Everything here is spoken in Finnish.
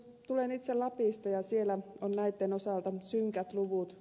tulen itse lapista ja siellä on näitten osalta synkät luvut